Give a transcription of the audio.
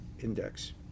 Index